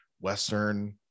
Western